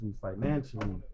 financially